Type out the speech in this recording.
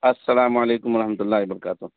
السلام علیکم وحمۃ اللہبرکاتہ